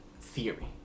theory